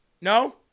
No